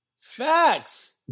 Facts